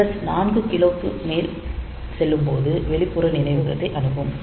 address 4K க்கு மேலே செல்லும்போது வெளிப்புற நினைவகத்தை அணுகும்